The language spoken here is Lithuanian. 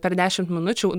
per dešimt minučių